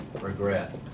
regret